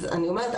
אז אני אומרת,